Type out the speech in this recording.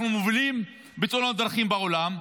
אנחנו מובילים בתאונות דרכים בעולם,